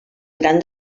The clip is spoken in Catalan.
gran